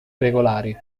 regolari